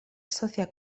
asocia